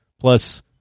Plus